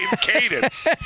cadence